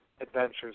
adventures